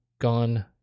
Gone